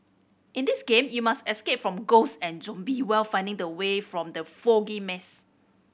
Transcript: in this game you must escape from ghost and zombie while finding the way from the foggy maze